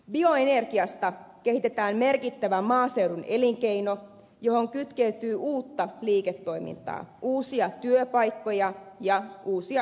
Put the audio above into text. bioenergiasta kehitetään merkittävä maaseudun elinkeino johon kytkeytyy uutta liiketoimintaa uusia työpaikkoja ja uusia innovaatioita